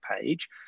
page